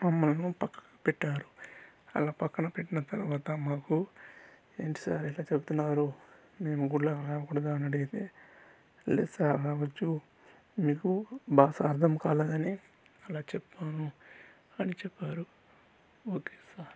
మమ్మల్ని పక్కకు పెట్టారు అలా పక్కన పెట్టిన తరవాత మాకు ఏంటి సార్ ఇట్టా చెప్తున్నారు మేము గుడిలో రాకూడదా అని అడిగితే లేదు సార్ రావచ్చు మీకూ భాష అర్థంకాలేదని అలా చెప్పాను అని చెప్పారు ఓకే సార్